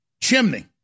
Chimney